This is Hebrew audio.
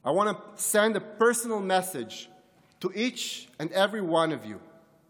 I want to send a personal message to each and every one of you: